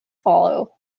follow